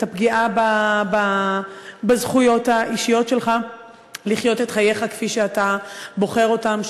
את הפגיעה בזכויות האישיות שלך לחיות את חייך כפי שאתה בוחר אותם,